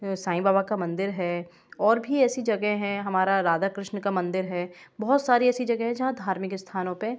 साईं बाबा का मंदिर है और भी ऐसी जगह हैं हमारा राधा कृष्ण का मंदिर है बहुत सारी ऐसी जगहें हैं जहाँ धार्मिक स्थानों पर